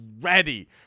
ready